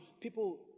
people